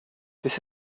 this